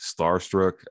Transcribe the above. starstruck